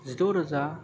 जिद'रोजा